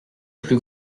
plus